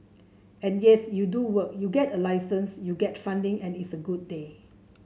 and yes you do work you get a license you get funding and it's a good day